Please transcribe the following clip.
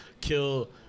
kill –